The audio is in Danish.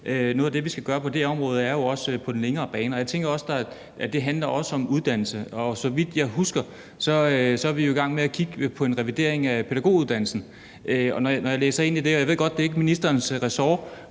noget af det, vi skal gøre på det her område, skal jo også gøres på den længere bane. Jeg tænker, at det også handler om uddannelse, og så vidt jeg husker, er vi jo i gang med at kigge på en revidering af pædagoguddannelsen. Jeg ved godt, at det ikke er ministerens ressort,